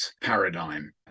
paradigm